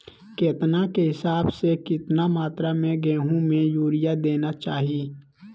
केतना के हिसाब से, कितना मात्रा में गेहूं में यूरिया देना चाही?